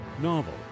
novel